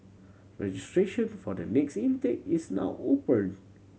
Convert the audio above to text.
registration for the next intake is now open